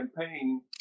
campaign